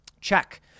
Check